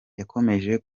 yakomeje